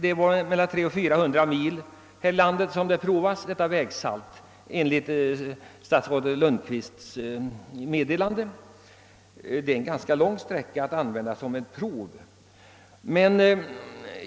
På mellan 300 och 400 mil väg provas detta vägsalt, enligt statsrådet Lundkvists meddelande. Det är en ganska lång sträcka för ett prov.